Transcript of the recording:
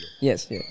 Yes